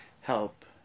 help